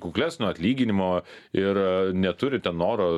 kuklesnio atlyginimo ir neturite noro